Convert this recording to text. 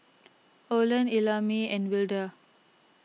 Olen Ellamae and Wilda